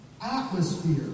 atmosphere